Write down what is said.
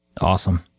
Awesome